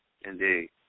Indeed